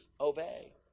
obey